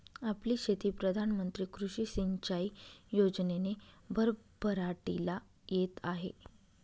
आपली शेती प्रधान मंत्री कृषी सिंचाई योजनेने भरभराटीला येत आहे